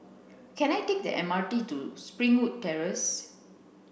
can I take the M R T to Springwood Terrace